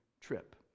trip